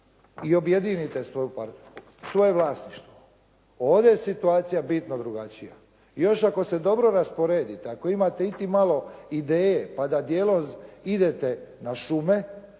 i objedinite svoje vlasništvo. Ovdje je situacija bitno drugačija. I još ako se dobro rasporedite, ako imate iti malo ideje pa da dijelom idete na šume